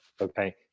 Okay